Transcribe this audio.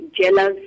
jealous